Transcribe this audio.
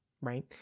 right